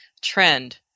trend